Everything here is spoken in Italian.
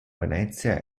venezia